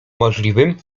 możliwym